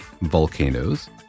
volcanoes